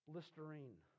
Listerine